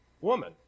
woman